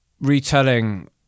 retelling